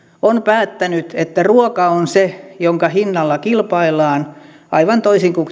on päättänyt että ruoka on se jonka hinnalla kilpaillaan aivan toisin kuin